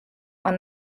are